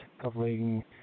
coupling